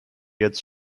jetzt